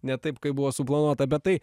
ne taip kaip buvo suplanuota bet tai